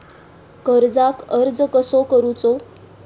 कर्जाक अर्ज कसो करूचो?